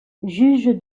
juge